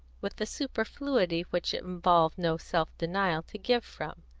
with the superfluity which it involved no self-denial to give from.